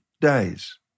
days